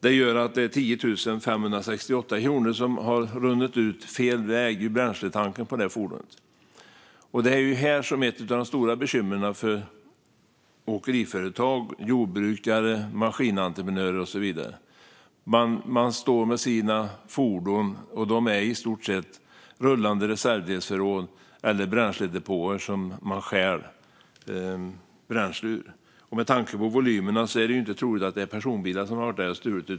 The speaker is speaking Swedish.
Det gör att 10 568 kronor har runnit ut fel väg ur bränsletanken på det fordonet. Det är här ett av de stora bekymren för åkeriföretag, jordbrukare, maskinentreprenörer och så vidare. Deras fordon är i stort sett rullande reservdelsförråd eller bränsledepåer som man stjäl bränsle ur. Med tanke på volymerna är det inte troligt att det är med personbilar man har varit där och stulit.